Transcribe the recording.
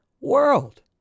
world